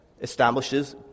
establishes